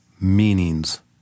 meanings